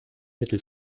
mittel